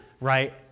right